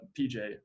PJ